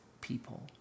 people